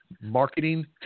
marketing